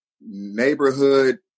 neighborhood